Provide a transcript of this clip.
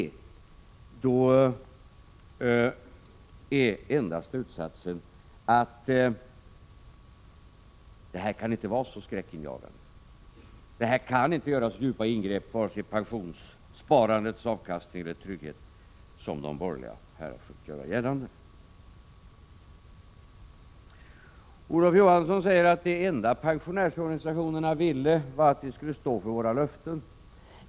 Gör försäkringsbolagen inte det, är enda slutsatsen att detta inte kan vara så skräckinjagande och innebära så djupa ingrepp beträffande vare sig avkastningen och tryggheten inom pensionssparandet som de borgerliga har försökt göra gällande. Olof Johansson säger att det enda som pensionärsorganisationerna ville var att vi skulle stå för våra löften.